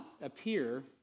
appear